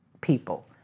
people